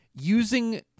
using